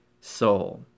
soul